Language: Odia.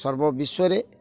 ସର୍ବ ବିଶ୍ୱରେ